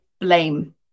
blame